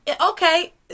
Okay